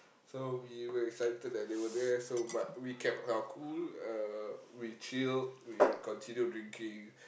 so we were excited that they were there so but we kept our cool uh we chill we continued drinking